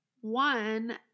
one